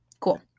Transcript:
Cool